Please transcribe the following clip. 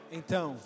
então